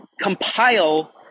compile